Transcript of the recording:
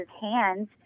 hands